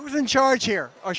who's in charge here or